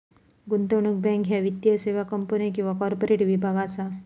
गुंतवणूक बँक ह्या वित्तीय सेवा कंपन्यो किंवा कॉर्पोरेट विभाग असा